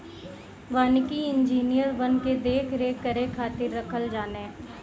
वानिकी इंजिनियर वन के देख रेख करे खातिर रखल जाने